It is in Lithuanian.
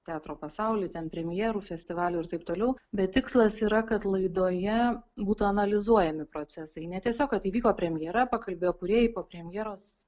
teatro pasauly ten premjerų festivalių ir taip toliau bet tikslas yra kad laidoje būtų analizuojami procesai ne tiesiog kad įvyko premjera pakalbėjo kūrėjai po premjeros